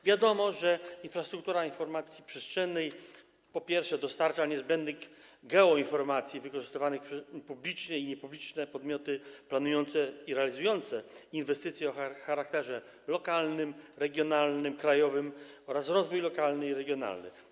Wiadomo, że infrastruktura informacji przestrzennej, po pierwsze, dostarcza niezbędnych geoinformacji wykorzystywanych przez publiczne i niepubliczne podmioty planujące i realizujące inwestycje o charakterze lokalnym, regionalnym, krajowym oraz rozwój lokalny i regionalny.